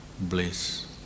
bliss